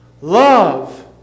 love